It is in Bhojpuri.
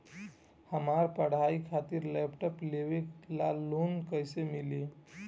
हमार पढ़ाई खातिर लैपटाप लेवे ला लोन कैसे मिली?